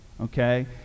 okay